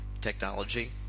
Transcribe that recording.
technology